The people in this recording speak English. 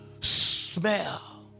smell